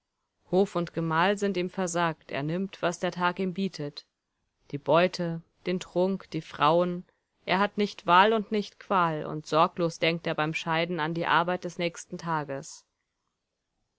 hof und gemahl sind ihm versagt er nimmt was der tag ihm bietet die beute den trunk die frauen er hat nicht wahl und nicht qual und sorglos denkt er beim scheiden an die arbeit des nächsten tages